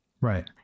Right